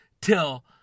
till